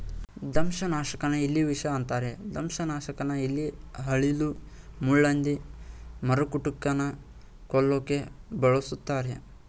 ದಂಶನಾಶಕನ ಇಲಿವಿಷ ಅಂತರೆ ದಂಶನಾಶಕನ ಇಲಿ ಅಳಿಲು ಮುಳ್ಳುಹಂದಿ ಮರಕುಟಿಕನ ಕೊಲ್ಲೋಕೆ ಬಳುಸ್ತರೆ